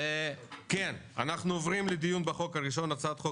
אנחנו עוברים לדיון בהצעת החוק הראשונה: הצעת חוק